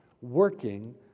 working